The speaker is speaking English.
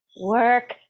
work